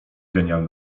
genial